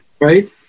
Right